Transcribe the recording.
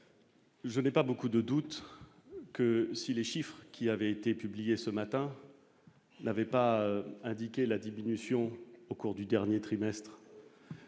Je n'ai pas beaucoup de doute que si les chiffres qui avaient été publiées ce matin, n'avait pas indiqué la diminution au cours du dernier trimestre.